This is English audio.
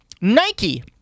Nike